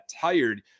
tired